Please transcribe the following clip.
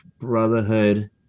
brotherhood